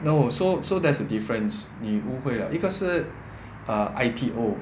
no so so there's a difference 你误会了一个是 I_P_O